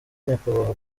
nyakubahwa